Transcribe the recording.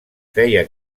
feia